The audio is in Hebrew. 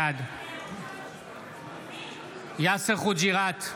בעד יאסר חוג'יראת,